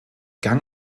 gang